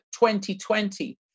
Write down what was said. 2020